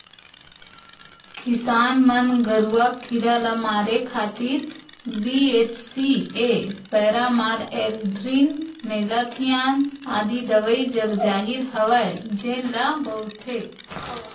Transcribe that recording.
किसान मन गरूआ कीरा ल मारे खातिर बी.एच.सी.ए पैरामार, एल्ड्रीन, मेलाथियान आदि दवई जगजाहिर हवय जेन ल बउरथे